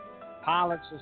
Pilots